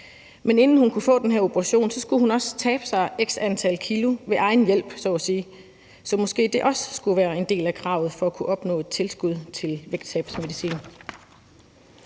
Men inden hun kunne få den her operation, skulle hun også tabe sig x antal kilo ved egen hjælp så at sige. Så måske det også skulle være en del af kravet for at kunne opnå et tilskud til væksttabsmedicin.